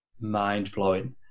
mind-blowing